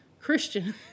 Christian